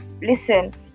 listen